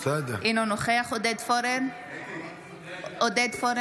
אינו נוכח עודד פורר, בעד